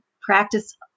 Practice